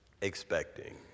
expecting